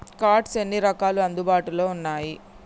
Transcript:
Cards ఎన్ని రకాలు అందుబాటులో ఉన్నయి?